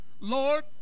Lord